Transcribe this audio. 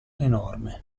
enorme